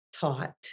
taught